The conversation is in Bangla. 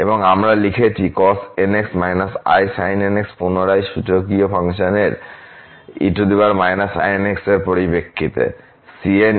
এবং আমরা লিখেছি cosnx−isinnx পুনরায় সূচকীয় ফাংশনের e−inx এর পরিপ্রেক্ষিতে